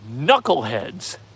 knuckleheads